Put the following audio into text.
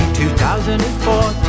2014